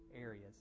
areas